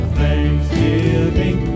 thanksgiving